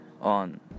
on